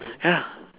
ya